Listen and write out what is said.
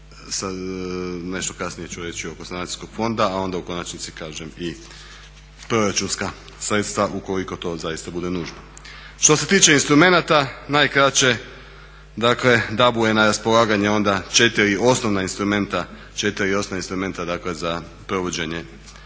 nešto kasnije ću reći i oko sanacijskog fonda a onda u konačnici kažem i proračunska sredstva ukoliko to zaista bude nužno. Što se tiče instrumenata najkraće dakle DAB-u je na raspolaganje onda četiri osnovna instrumenta dakle za provođenje same